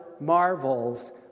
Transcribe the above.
marvels